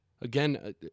Again